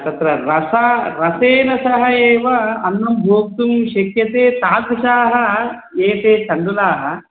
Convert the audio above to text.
तत्र रसः रसेन सह एव अन्नं भोक्तुं शक्यते तादृशाः एते तण्डुलाः